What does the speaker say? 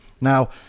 now